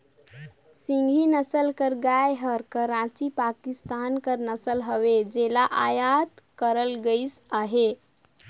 सिंघी नसल कर गाय हर कराची, पाकिस्तान कर नसल हवे जेला अयात करल गइस अहे